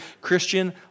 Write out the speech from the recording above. Christian